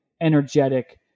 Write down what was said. energetic